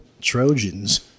Trojans